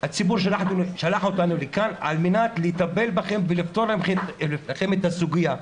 הציבור שלח אותנו לכאן על מנת לטפל בכם ולפתור לכם את הסוגיה.